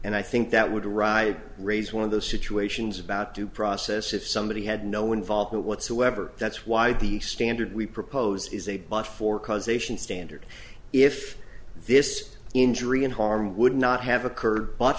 and i think that would arise raise one of those situations about due process if somebody had no involvement whatsoever that's why the standard we propose is a but for causation standard if this injury and harm would not have occurred b